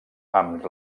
amb